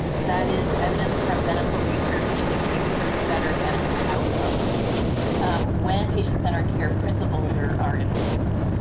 that is, evidence from medical research indicates better medical outcomes when patient-centered care principles are are in place.